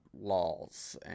laws